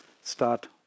start